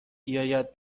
بیاید